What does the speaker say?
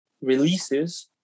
releases